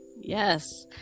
Yes